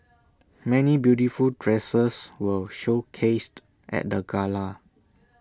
many beautiful dresses were showcased at the gala